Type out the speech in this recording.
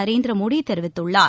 நரேந்திரமோடி தெரிவித்துள்ளார்